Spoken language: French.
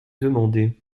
demandez